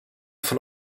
von